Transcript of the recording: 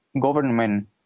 government